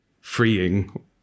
freeing